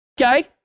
okay